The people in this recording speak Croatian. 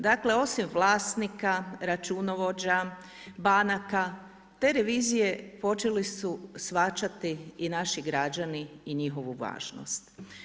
Dakle, osim vlasnika, računovođa, banaka, te revizije, počeli su shvaćati i naši građani i njihovu važnost.